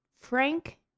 Frank